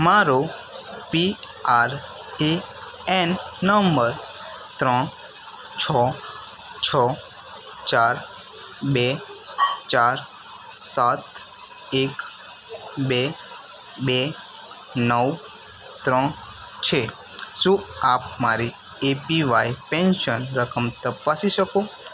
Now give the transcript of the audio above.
મારો PRAN number ત્રણ છો છો ચાર બે ચાર સાત એક બે બે નવ ત્રણ છે શું આપ મારી એપીવાય પેન્સન રકમ તપાસી શકો